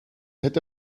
hätte